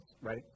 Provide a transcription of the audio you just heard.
right